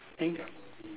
think